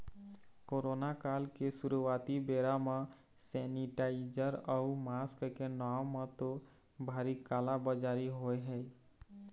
corona काल के शुरुआती बेरा म सेनीटाइजर अउ मास्क के नांव म तो भारी काला बजारी होय हे